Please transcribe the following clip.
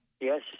Yes